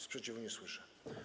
Sprzeciwu nie słyszę.